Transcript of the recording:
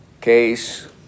case